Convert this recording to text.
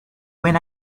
when